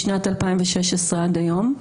משנת 2016 ועד היום.